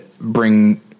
bring